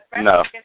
no